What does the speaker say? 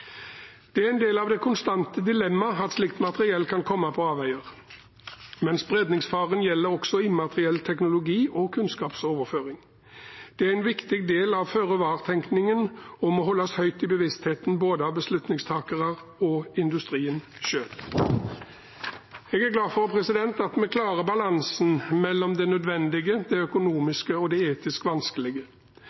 Det er en del av det konstante dilemmaet at slikt materiell kan komme på avveier. Men spredningsfaren gjelder også immateriell teknologi- og kunnskapsoverføring. Det er en viktig del av føre-var-tenkningen og må holdes høyt i bevisstheten både av beslutningstakere og av industrien selv. Jeg er glad for at vi klarer balansen mellom det nødvendige, det økonomiske og det etisk vanskelige.